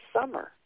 summer